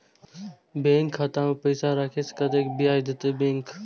Bank खाता में पैसा राखे से कतेक ब्याज देते बैंक?